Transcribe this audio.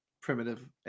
primitive